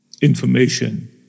information